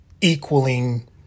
equaling